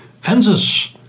Fences